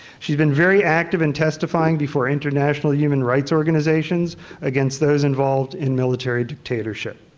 she has been very active and testifying before international human rights organizations against those involved in military dictatorship.